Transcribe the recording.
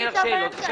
אם יהיו לך שאלות